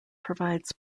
provides